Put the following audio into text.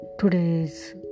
Today's